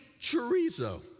chorizo